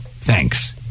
Thanks